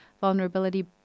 vulnerability